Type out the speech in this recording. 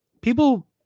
People